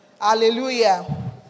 Hallelujah